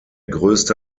größte